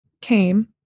came